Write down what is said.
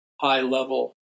high-level